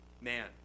man